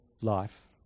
life